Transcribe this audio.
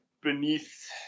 beneath